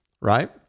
right